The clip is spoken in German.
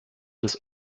des